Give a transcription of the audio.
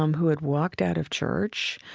um who had walked out of church,